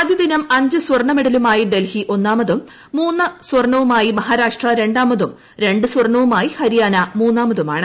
ആദ്യ ദിനം അഞ്ച് സ്വർണ്ണമെഡലുമായി ഡൽഹി ഒന്നാമതും മൂന്ന് സ്വർണ്ണവുമായി മഹാരാഷ്ട്ര രണ്ടാമതും രണ്ട് സ്വർണ്ണവുമായി ഹരിയാന മൂന്നാമതുമാണ്